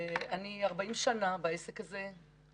זהו נושא שני מתוך שלושה בהם אנחנו עוסקים בהשלכות הענפיות של המשבר